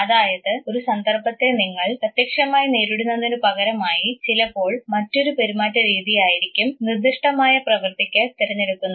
അതായത് ഒരു സന്ദർഭത്തെ നിങ്ങൾ പ്രത്യക്ഷമായി നേരിടുന്നതിനു പകരമായി ചിലപ്പോൾ മറ്റൊരു പെരുമാറ്റരീതി ആയിരിക്കും നിർദിഷ്ടമായ പ്രവർത്തിക്ക് തെരഞ്ഞെടുക്കുന്നത്